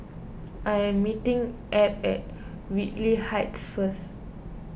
I am meeting Abb at Whitley Heights first